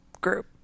group